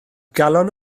galon